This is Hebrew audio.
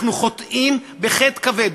אנחנו חוטאים חטא כבד.